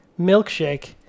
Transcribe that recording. milkshake